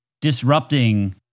disrupting